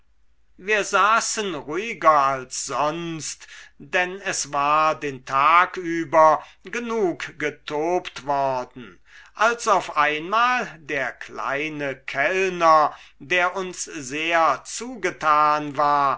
wir saßen ruhiger als sonst denn es war den tag über genug getobt worden als auf einmal der kleine kellner der uns sehr zugetan war